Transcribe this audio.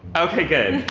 okay good.